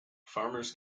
farmers